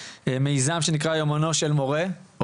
ממיזם שנקרא "יומנו של מורה".